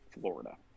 Florida